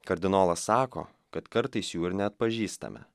kardinolas sako kad kartais jų ir neatpažįstame